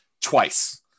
twice